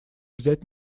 взять